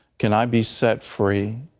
can i be set free?